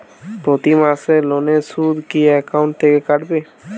প্রতি মাসে লোনের সুদ কি একাউন্ট থেকে কাটবে?